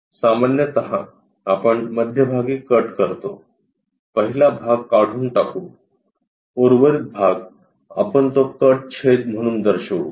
सामान्यत आपण मध्यभागी कट करतो पहिला भाग काढून टाकू उर्वरित भाग आपण तो कट छेद म्हणून दर्शवू